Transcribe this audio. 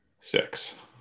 six